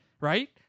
right